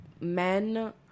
men